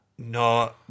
No